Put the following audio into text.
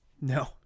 no